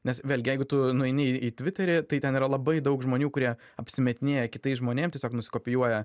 nes vėlgi jeigu tu nueini į tviterį tai ten yra labai daug žmonių kurie apsimetinėja kitais žmonėm tiesiog nukopijuoja